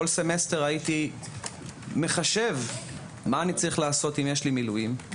כל סמסטר הייתי מחשב מה אני צריך לעשות אם יש לי מילואים.